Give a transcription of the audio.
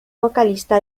vocalista